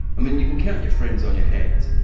i mean, you can count your friends on your hands,